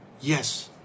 Yes